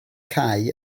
cae